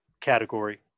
category